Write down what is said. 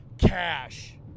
cash